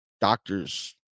doctors